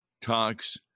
talks